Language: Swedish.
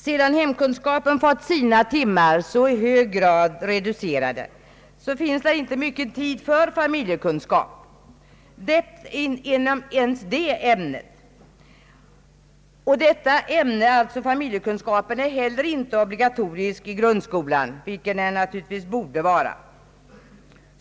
Sedan hemkunskapen fått sina timmar så kraftigt reducerade, finns det inte mycken tid kvar för familjekunskap inom ens det ämnet. Familjekunskapen är inte heller obligatorisk i grundskolan, vilket den naturligtvis borde vara.